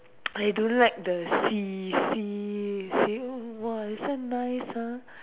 I don't like the see see see hmm !wah! this one nice ah